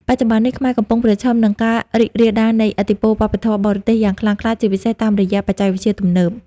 បច្ចុប្បន្ននេះ ខ្មែរកំពុងប្រឈមនឹងការរីករាលដាលនៃឥទ្ធិពលវប្បធម៌បរទេសយ៉ាងខ្លាំងក្លា ជាពិសេសតាមរយៈបច្ចេកវិទ្យាទំនើបៗ។